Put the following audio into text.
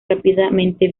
rápidamente